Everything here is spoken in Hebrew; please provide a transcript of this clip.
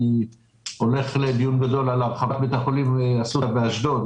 אני הולך לדיון גדול על הרחבת בית החולים אסותא באשדוד,